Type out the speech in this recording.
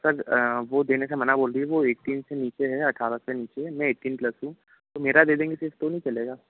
sir वह देने से मना बोल रही है वह ऐटीन से नीचे है अट्ठारह से नीचे है मैं ऐटीन प्लस हूँ तो मेरा दे देंगे फिर तो नहीं चलेगा